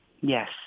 Yes